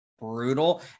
brutal